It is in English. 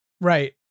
right